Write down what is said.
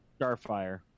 Starfire